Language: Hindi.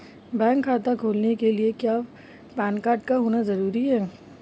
बैंक खाता खोलने के लिए क्या पैन कार्ड का होना ज़रूरी है?